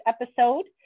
episode